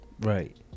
Right